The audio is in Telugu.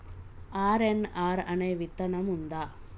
ఆర్.ఎన్.ఆర్ అనే విత్తనం ఉందా?